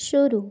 शुरू